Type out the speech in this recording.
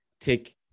take